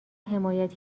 حمایت